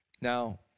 Now